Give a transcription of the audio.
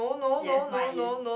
yes my is